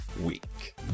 week